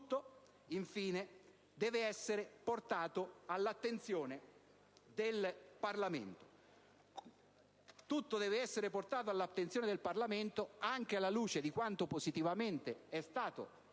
Tutto, infine, deve essere portato all'attenzione del Parlamento, anche alla luce di quanto positivamente è stato